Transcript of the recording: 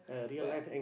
but